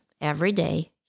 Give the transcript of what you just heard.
everyday